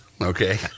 okay